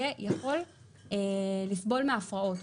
יהיה יכול לסבול מהפרעות,